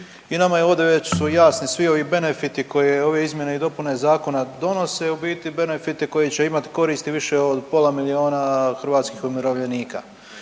i nama je ovdje već su jasni svi ovi benefiti koje ove izmjene i dopune zakona donose u biti benefite koji će imati koristi više od pola milijuna hrvatskih umirovljenika.